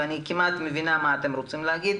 ואני כמעט מבינה מה אתם רוצים להגיד.